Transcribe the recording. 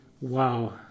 wow